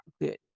good